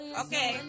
okay